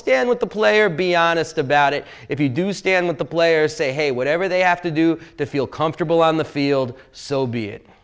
stand with the player be honest about it if you do stand with the players say hey whatever they have to do to feel comfortable on the field so be